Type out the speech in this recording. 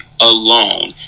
alone